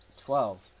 Twelve